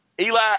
Eli